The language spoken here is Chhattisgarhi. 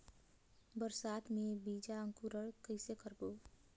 बरसात मे बीजा अंकुरण कइसे करबो?